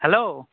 hello